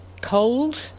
cold